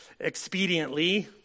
expediently